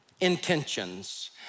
Intentions